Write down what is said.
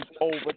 over